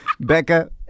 Becca